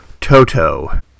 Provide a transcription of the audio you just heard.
Toto